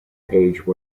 page